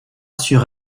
sur